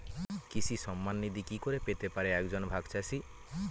কৃষক সন্মান নিধি কি করে পেতে পারে এক জন ভাগ চাষি?